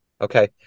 Okay